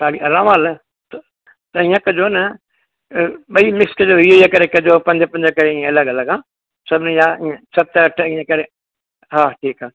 ताली आरा वाला त इअं कजो न ॿई मिक्स कजो वीह वीह करे कजो पंज पंज करे ईअं अलॻि अलॻि हां सभिनिनि जा ईअं सत अठ ईअं करे हा ठीकु आहे